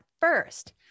first